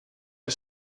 the